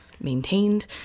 maintained